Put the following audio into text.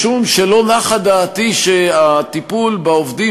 משום שלא נחה דעתי שהטיפול בעובדים